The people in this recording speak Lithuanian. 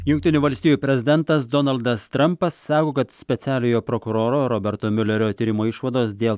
jungtinių valstijų prezidentas donaldas trampas sako kad specialiojo prokuroro roberto miulerio tyrimo išvados dėl